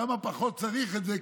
שם פחות צריך את זה,